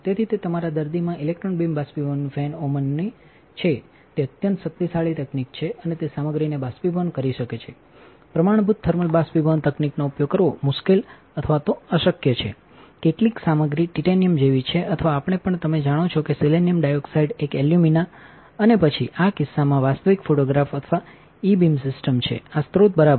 તેથી તેતમારા દર્દીમાંઇલેક્ટ્રોન બીમ બાષ્પીભવનનું ફેન ઓમનન છેતે અત્યંત શક્તિશાળી તકનીક છે અને તે સામગ્રીને બાષ્પીભવન કરી શકે છે પ્રમાણભૂત થર્મલ બાષ્પીભવન તકનીકનો ઉપયોગ કરવો મુશ્કેલ અથવા તો અશક્ય છે કેટલીક સામગ્રી ટિટેનિયમ જેવી છે અથવા આપણે પણ તમે જાણો છો કે સિલિકોન ડાયોક્સાઇડ એક એલ્યુમિના અને પછીઆ કિસ્સામાં વાસ્તવિક ફોટોગ્રાફ અથવા ઇ બીમ સિસ્ટમ છે આ સ્રોત બરાબર છે